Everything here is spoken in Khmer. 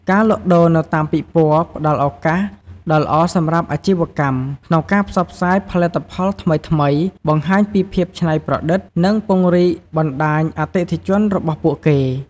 ការលក់ដូរនៅតាមពិព័រណ៍ផ្ដល់ឱកាសដ៏ល្អសម្រាប់អាជីវកម្មក្នុងការផ្សព្វផ្សាយផលិតផលថ្មីៗ បង្ហាញពីភាពច្នៃប្រឌិត និងពង្រីកបណ្ដាញអតិថិជនរបស់ពួកគេ។